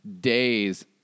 days